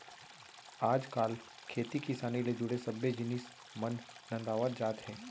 आज काल खेती किसानी ले जुड़े सब्बे जिनिस मन नंदावत जात हें